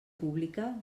pública